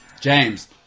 James